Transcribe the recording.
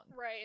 Right